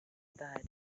adahari